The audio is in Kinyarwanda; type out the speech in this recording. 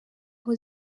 aho